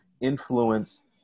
influence